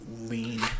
lean